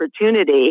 opportunity